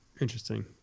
Interesting